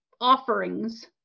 offerings